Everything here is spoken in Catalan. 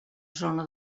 zona